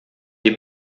die